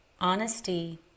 honesty